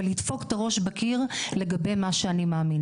אבל אני מוכנה לדפוק את הראש בקיר לגבי מה שאני מאמינה,